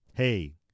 Hey